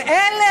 ואלה,